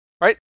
Right